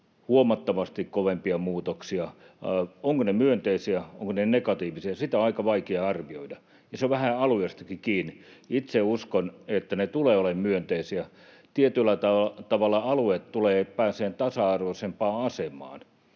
huomattavasti kovempia muutoksia — ovatko ne myönteisiä, ovatko ne negatiivisia, sitä on aika vaikea arvioida, ja se on vähän alueistakin kiinni. Itse uskon, että ne tulevat olemaan myönteisiä. Tietyllä tavalla alueet tulevat pääsemään tasa-arvoisempaan asemaan,